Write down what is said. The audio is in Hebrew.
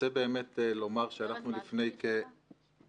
אני רוצה באמת לומר שאנחנו לפני כ-3